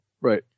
Right